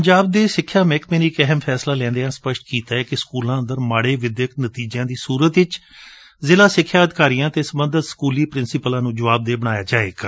ਪੰਜਾਬ ਦੇ ਸਿਖਿਆ ਮਹਿਕਮੇ ਨੇ ਇਕ ਅਹਿਮ ਫੈਸਲਾ ਲੈਦਿਆਂ ਸਪਸ਼ਟ ਕੀਤੈ ਕਿ ਸਕੂਲਾਂ ਅੰਦਰ ਮਾਤੇ ਵਿਦਿਅਕ ਨਤੀਜਿਆਂ ਦੀ ਸੁਰਤ ਵਿਚ ਜ਼ਿਲ੍ਹਾ ਸਿਖਿਆ ਅਧਿਕਾਰੀਆਂ ਅਤੇ ਸਬੰਧਤ ਸਕੁਲੀ ਪ੍ਰਿੰਸੀਪਲਾਂ ਨੂੰ ਜਵਾਬਦੇਹ ਬਣਾਇਆ ਜਾਵੇਗਾ